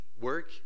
work